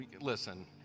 Listen